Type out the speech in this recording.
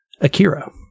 Akira